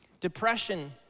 Depression